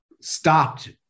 stopped